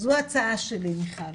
זו ההצעה שלי מיכל.